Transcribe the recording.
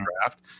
draft